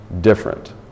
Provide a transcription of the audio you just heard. different